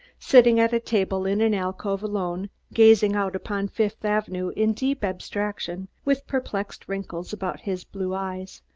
sitting at a table in an alcove, alone, gazing out upon fifth avenue in deep abstraction, with perplexed wrinkles about his blue eyes.